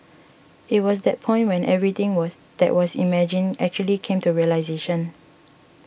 it was that point when everything was that was imagined actually came to realisation